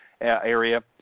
area